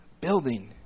building